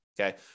okay